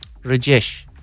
Rajesh